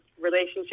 relationship